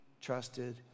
trusted